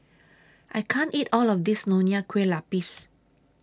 I can't eat All of This Nonya Kueh Lapis